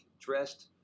dressed